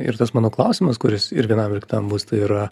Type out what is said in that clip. ir tas mano klausimas kuris ir vienam ir kitam bus tai yra